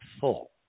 full